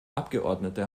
abgeordnete